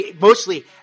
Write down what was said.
Mostly